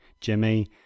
Jimmy